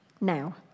now